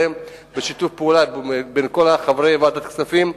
בשיתוף פעולה בין כל חברי ועדת הכספים.